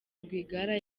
rwigara